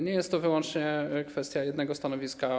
Nie jest to wyłącznie kwestia jednego stanowiska.